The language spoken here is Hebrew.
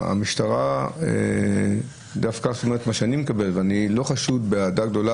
המשטרה, ממה שאני מקבל, ואני לא חשוד באהדה גדולה.